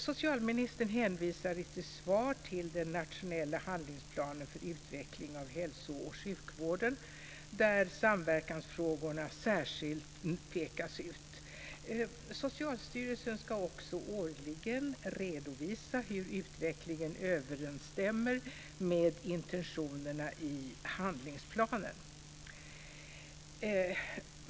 Socialministern hänvisar i sitt svar till den nationella handlingsplanen för utveckling av hälso och sjukvården, där samverkansfrågorna särskilt pekas ut. Socialstyrelsen ska också årligen redovisa hur utvecklingen överensstämmer med intentionerna i handlingsplanen.